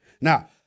Now